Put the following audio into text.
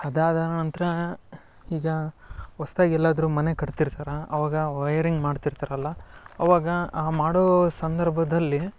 ಅದಾದ ನಂತರ ಈಗ ಹೊಸ್ತಾಗ್ ಎಲ್ಲಾದರೂ ಮನೆ ಕಟ್ತಿರ್ತಾರೆ ಅವಾಗ ವಯರಿಂಗ್ ಮಾಡ್ತಿರ್ತಾರಲ್ಲ ಅವಾಗ ಆ ಮಾಡೋ ಸಂದರ್ಭದಲ್ಲಿ